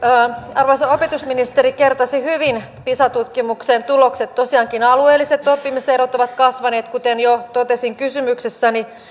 arvoisa opetusministeri kertasi hyvin pisa tutkimuksen tulokset tosiaankin alueelliset oppi miserot ovat kasvaneet kuten jo totesin kysymyksessäni